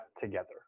together